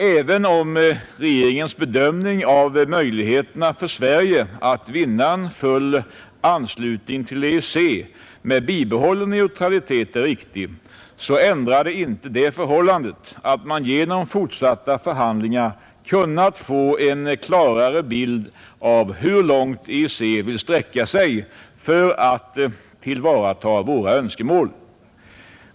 Även om regeringens bedömning av möjligheterna för Sverige att vinna en full anslutning till EEC med bibehållen neutralitet är riktig, ändrar detta inte det förhållandet att man genom fortsatta förhandlingar kunnat få en klarare bild av hur långt EEC vill sträcka sig för att tillvarata våra önskemål.